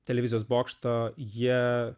televizijos bokšto jie